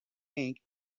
ink